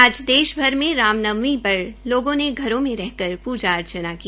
आज देश में राम नवमी पर लोगों ने घरों में रह कर पूजा अर्चना की